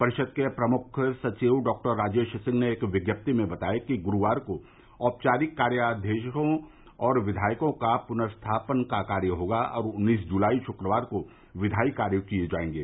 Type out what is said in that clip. परिषद के प्रमुख सचिव डॉक्टर राजेश सिंह ने एक विज्ञप्ति में बताया है कि गुरूवार को औपचारिक कार्य अध्यादेशों और विधेयकों का पूरस्थापन का कार्य होगा और उन्नीस जुलाई शुक्रवार को विधायी कार्य किये जायेंगे